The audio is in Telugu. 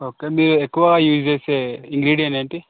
ఓకే మీరు ఎక్కువ యూజ్ చేసే ఇంగ్రిడియెంట్ ఏంటి